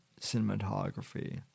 cinematography